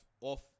off